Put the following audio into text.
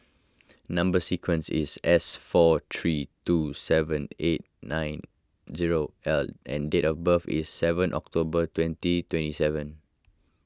Number Sequence is S four three two seven eight nine zero L and date of birth is seven October twenty twenty seven